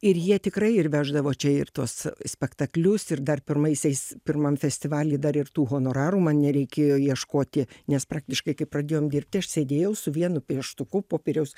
ir jie tikrai ir veždavo čia ir tuos spektaklius ir dar pirmaisiais pirmam festivaly dar ir tų honorarų man nereikėjo ieškoti nes praktiškai kai pradėjom dirbt tai aš sėdėjau su vienu pieštuku popieriaus